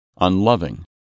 unloving